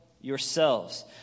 yourselves